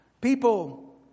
people